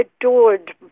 adored